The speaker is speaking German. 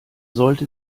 sollte